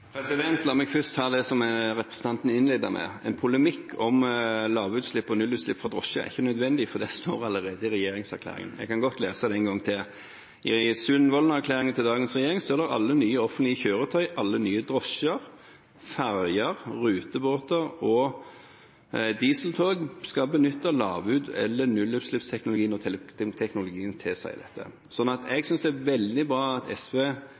La meg først ta det representanten innleder med: En polemikk om lavutslipp og nullutslipp fra drosjer er ikke nødvendig, for det står allerede i regjeringserklæringen. Jeg kan godt lese den en gang til. I Sundvolden-erklæringen til dagens regjering står det at alle nye offentlige kjøretøy, alle nye drosjer, ferger, rutebåter og dieseltog skal benytte lav- eller nullutslippsteknologi når teknologien tilsier dette. Jeg synes det er veldig bra at SV